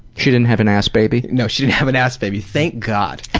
she didn't have an ass baby? no, she didn't have an ass baby, thank god!